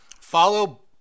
follow